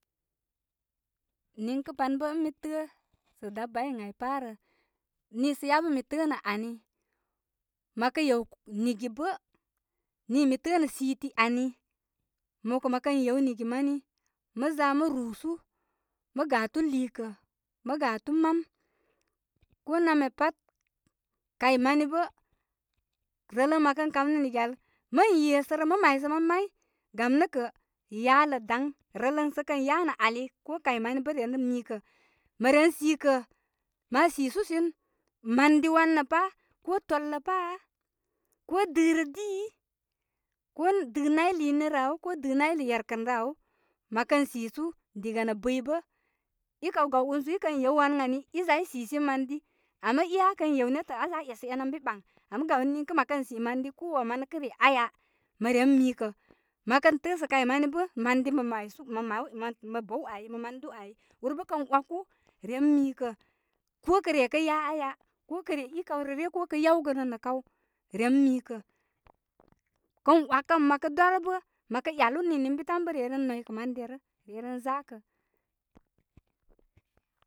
Niŋkə ban bə ən mi tāā' sə' dabai ən ai pa rə. Niisə yabə mi təə nə ani. Məkə yew nigi bə nii mi təə nə siti ani. Mo kə' mə kən yew nigi mani, mə zamə' rusu. Mə gafu lii kə', mə gatu mam. ko namya pat. Kaymani bə, rələ məkə kam nə nigi ali, mən yesərə mə maysə man may bam nə kə', yalə day. Rələ sə kə yanə ali, ko kay mani bə ren mi kə'. Mə rern sikə, ma sisu sin mandi wan rə pa, ko tolə pa ko dɨrə dii, ko dɨ nay liini rə aw ko dɨ nay yerkə rə aw. Mə kən sisu diga nə bɨyi bə i kay gaw unsu i kə yew wan ən ani, i za i sisin madi, ama aa kən yew netə', aaza aa esə en ən bi ɓaŋ. Ama gawni niŋkə məkən si mandi ko wan manə kə' re aya, məren mikə. Mə kən təəsə kay mani bə' mandi mə maysu mə maw mə bəw ai mə mandu ai, ur bə kə waku ren mi kə'. ko kə re kə ya aya, ko kə re i kay rə ryə, ko kə yawgənə nə' kaw ren mi kə'. kən wakəm məkə dwarə bə, mə kə yalu nini ən bi tan bə' re ren noykə' man derə re renzakə.